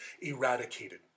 eradicated